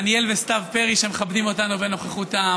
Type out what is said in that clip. דניאל וסתיו פרי שמכבדים אותנו בנוכחותם,